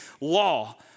law